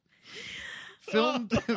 Filmed